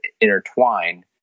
intertwine